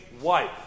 wife